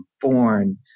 born